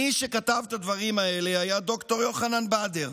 מי שכתב את הדברים האלה היה ד"ר יוחנן בדר.